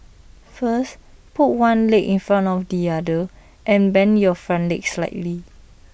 first put one leg in front of the other and bend your front leg slightly